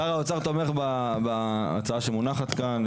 שר האוצר תומך בהצעה שמונחת כאן,